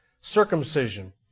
circumcision